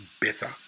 better